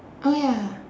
oh ya